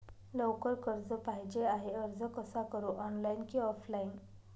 लवकर कर्ज पाहिजे आहे अर्ज कसा करु ऑनलाइन कि ऑफलाइन?